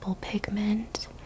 pigment